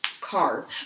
car